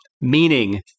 meaning